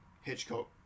Hitchcock